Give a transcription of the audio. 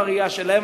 בראייה שלהם,